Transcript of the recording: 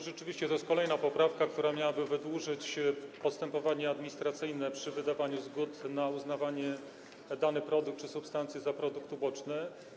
Rzeczywiście to jest kolejna poprawka, która miałaby wydłużyć postępowanie administracyjne związane z wydawaniem zgód na uznawanie danego produktu czy danej substancji za produkt uboczny.